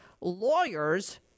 lawyers